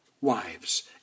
wives